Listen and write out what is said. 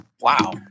Wow